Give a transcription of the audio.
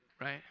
Right